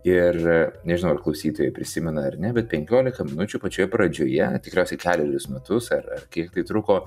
ir nežinau ar klausytojai prisimena ir nebe penkiolika minučių pačioje pradžioje tikriausiai kelerius metus ar ar kiek tai truko